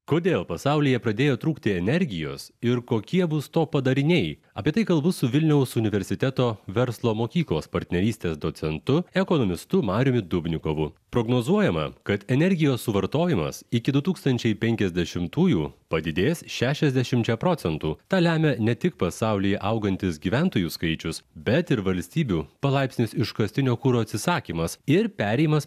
kodėl pasaulyje pradėjo trūkti energijos ir kokie bus to padariniai apie tai kalbu su vilniaus universiteto verslo mokyklos partnerystės docentu ekonomistu mariumi dubnikovu prognozuojama kad energijos suvartojimas iki du tūkstančiai penkiasdešimtųjų padidės šešiasdešimčia procentų tą lemia ne tik pasaulyje augantis gyventojų skaičius bet ir valstybių palaipsnis iškastinio kuro atsisakymas ir perėjimas